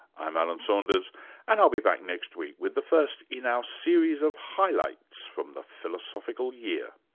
i'm alan saunders and i'll be back next week with the first in our series of highlights from the philosophical year